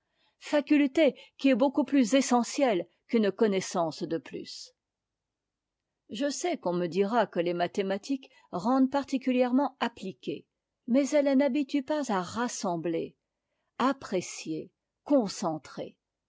faculté qui est beaucoup plus essentielle qu'une connaissance de plus je sais qu'on me dira que les mathématiques rendent particulièrement appliqué mais elles n'habituent pas à rassembler à apprécier